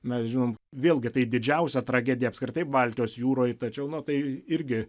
mes žinom vėlgi tai didžiausia tragedija apskritai baltijos jūroj tačiau na tai irgi